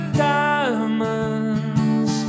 diamonds